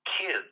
Kids